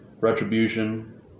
Retribution